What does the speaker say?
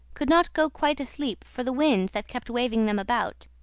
could not go quite asleep for the wind that kept waving them about.